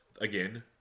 Again